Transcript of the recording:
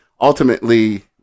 Ultimately